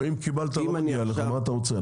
לא, אם קיבלת לא מגיע לך, מה אתה רוצה?